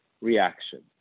reaction